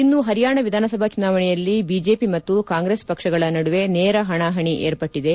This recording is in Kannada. ಇನ್ನು ಪರಿಯಾಣ ವಿಧಾನಸಭೆ ಚುನಾವಣೆಯಲ್ಲಿ ಬಿಜೆಪಿ ಮತ್ತು ಕಾಂಗ್ರೆಸ್ ಪಕ್ಷಗಳ ನಡುವೆ ನೇರ ಪಣಾಪಣಿ ಏರ್ಪಟ್ಟದೆ